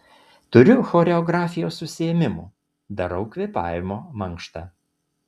turiu choreografijos užsiėmimų darau kvėpavimo mankštą